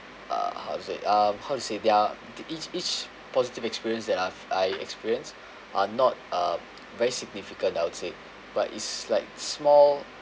uh how to say uh how to say they are each each positive experience that I've I experience are not uh very significant I would say but is like small